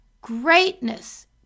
greatness